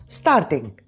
starting